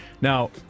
Now